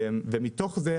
ותוך זה,